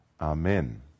Amen